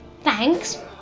Thanks